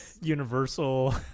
Universal